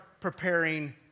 preparing